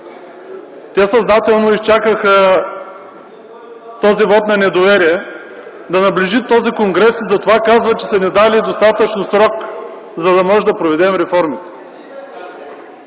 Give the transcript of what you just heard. Те съзнателно изчакаха този вот на недоверие, да наближи този конгрес, и затова казват, че са ни дали достатъчно срок, за да можем да проведем реформите.